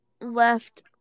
left